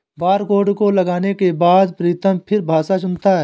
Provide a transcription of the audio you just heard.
barcode को लगाने के बाद प्रीतम फिर भाषा चुनता है